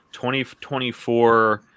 2024